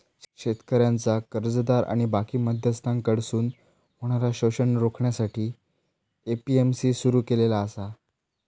शेतकऱ्यांचा कर्जदार आणि बाकी मध्यस्थांकडसून होणारा शोषण रोखण्यासाठी ए.पी.एम.सी सुरू केलेला आसा